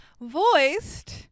Voiced